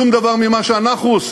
שום דבר ממה שאנחנו עושים,